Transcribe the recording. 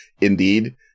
indeed